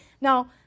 Now